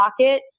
pocket